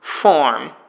form